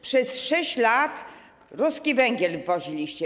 Przez 6 lat ruski węgiel wwoziliście.